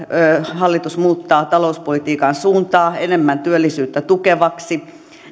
hallitus muuttaa talouspolitiikan suuntaa enemmän työllisyyttä tukevaksi